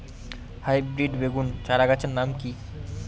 Hybrid বেগুন চারাগাছের নাম কি?